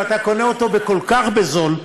ואתה קונה אותו כל כך בזול.